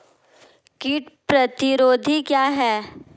कीट प्रतिरोधी क्या है?